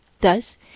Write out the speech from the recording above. Thus